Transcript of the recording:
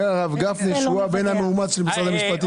אומר הרב גפני שהוא הבן המאומץ של משרד המשפטים.